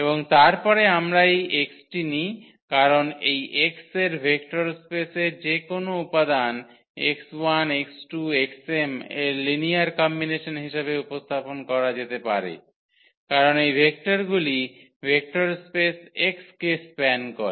এবং তারপরে আমরা এই x টি নিই কারণ এই x এর ভেক্টর স্পেসের যে কোনও উপাদান x1x2xm এর লিনিয়ার কম্বিনেসন হিসাবে উপস্থাপন করা যেতে পারে কারণ এই ভেক্টরগুলি ভেক্টর স্পেস X কে স্প্যান করে